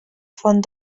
font